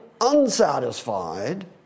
unsatisfied